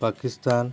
Pakistan